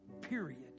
period